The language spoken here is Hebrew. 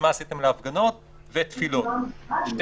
מה עשיתם להפגנות,